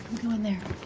going there.